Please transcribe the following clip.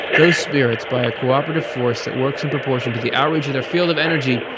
those spirits, by a cooperative force that works in proportion to the outreach of their field of energy,